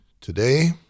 Today